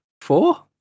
four